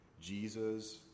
Jesus